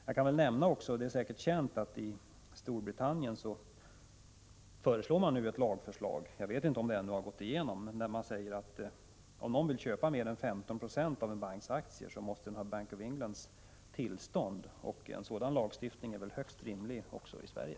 Jag kan nämna att man, vilket säkert är känt, i Storbritannien nu har ett lagförslag — jag vet inte om det ännu gått igenom — som går ut på att om någon vill köpa mer än 15 26 av en banks aktier måste vederbörande ha tillstånd från Bank of England. En sådan lagstiftning är väl högst rimlig också i Sverige.